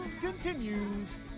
continues